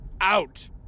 out